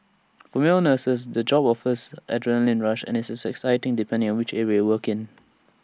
for male nurses the job offers adrenalin rush and is exciting depending on which area you work in